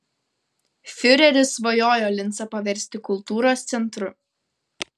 fiureris svajojo lincą paversti kultūros centru